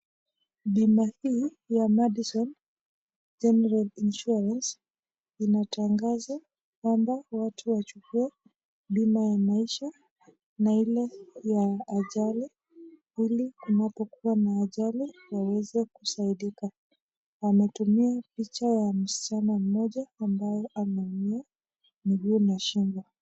Bima hii ya Madison General Insurance inatangaza kwamba watu wachukue Bima ya maisha na ile ya ajali ili kunapokuwa na ajali waweze kusaidika. Ametumia picha ya msichana mmoja ambaye ameumia miguu na shingo.